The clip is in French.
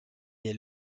est